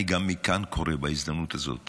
אני גם קורא מכאן בהזדמנות הזאת